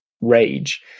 rage